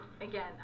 Again